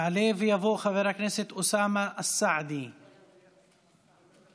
ולהביא את זה בלי שיהיה לנו דיווח